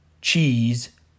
cheese